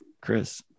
Chris